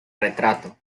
retrato